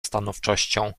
stanowczością